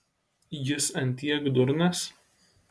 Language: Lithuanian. jis ant tiek durnas